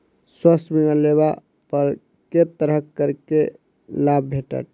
स्वास्थ्य बीमा लेबा पर केँ तरहक करके लाभ भेटत?